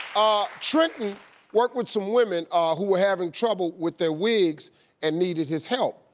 trenton worked with some women who are having trouble with their wigs and needed his help.